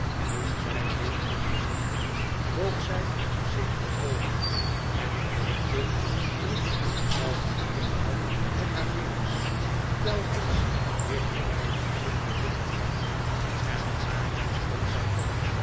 toen zij dit had gezegd boog zij zich voorover en knipte drie of viermaal met haar vingers telkens dichter bij het gezicht van juffrouw gamp en daarna stond zij op